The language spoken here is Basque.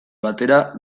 batera